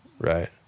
Right